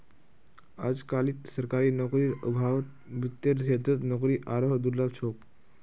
अजकालित सरकारी नौकरीर अभाउत वित्तेर क्षेत्रत नौकरी आरोह दुर्लभ छोक